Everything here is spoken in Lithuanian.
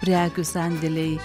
prekių sandėliai